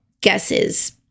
guesses